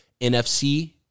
NFC